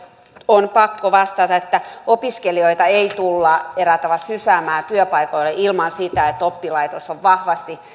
on pakko vastata että opiskelijoita ei tulla eräällä tavalla sysäämään työpaikoille ilman sitä että oppilaitos on vahvasti